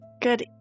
Good